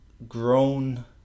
grown